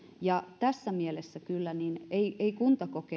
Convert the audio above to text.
ja tässä mielessä ei kyllä kuntakokeilun merkitystä